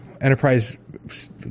Enterprise